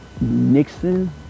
Nixon